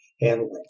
handling